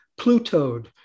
Plutoed